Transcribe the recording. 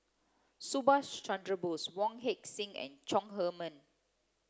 Subhas Chandra Bose Wong Heck Sing and Chong Heman